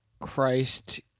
Christ